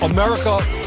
America